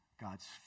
God's